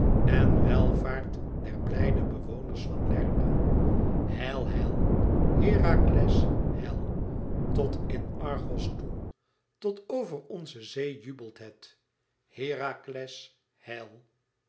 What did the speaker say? en welvaart der blijde bewoners van lerna heil heil herakles heil tot in argos toe tot over nze zee jubelt het herakles heil